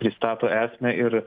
pristato esmę ir